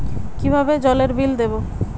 কিভাবে জলের বিল দেবো?